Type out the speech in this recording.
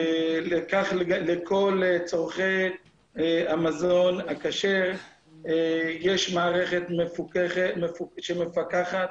לכל צרכי המזון הכשר יש מערכת שמפקחת,